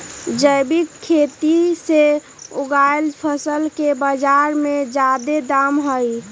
जैविक खेती से उगायल फसल के बाजार में जादे दाम हई